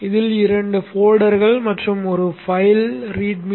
இதில் இரண்டு போல்டர்கள் மற்றும் ஒரு பைல் readme